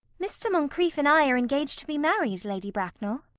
mr. moncrieff and i are engaged to be married, lady bracknell.